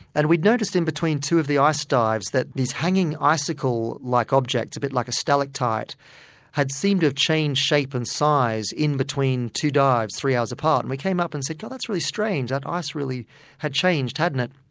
and we'd noticed in between two of the ice dives that these hanging icicle-like like objects, a bit like a stalactites, had seemed to have ah changed shape and size in between two dives, three hours apart. and we came up and said that's really strange, that ice really had changed, hadn't it.